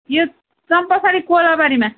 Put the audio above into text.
यो चम्पासरी कोलाबारीमा